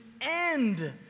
end